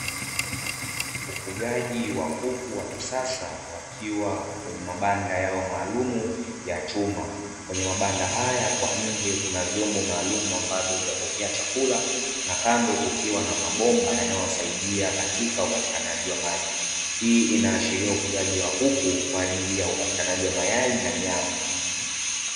Ufugaji wa kuku wa kisasa, wakiwa kwenye mabanda yao maalumu ya chuma, kwenye mabanda haya kwa nje kuna vyombo maalum ambavyo vya kuwekea chakula na kando kukiwa na mabomba yanayowasaidia katika upatikanaji wa maji. Hii inaashiria ufugaji wa kuku, kwa ajili ya upatikanaji wa mayai na nyama.